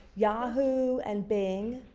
yahoo, and bing